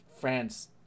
France –